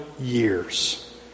years